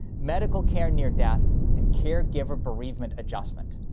medical care near death, and caregiver bereavement adjustment.